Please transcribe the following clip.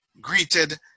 greeted